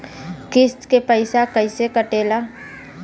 किस्त के पैसा कैसे कटेला?